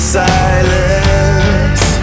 silence